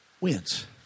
wins